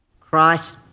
Christ